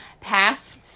pass